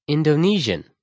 Indonesian